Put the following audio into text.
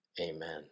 Amen